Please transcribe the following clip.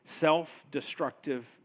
Self-destructive